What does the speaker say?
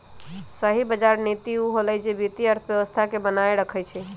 सही बजार नीति उ होअलई जे वित्तीय अर्थव्यवस्था के बनाएल रखई छई